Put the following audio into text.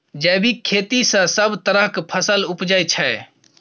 जैबिक खेती सँ सब तरहक फसल उपजै छै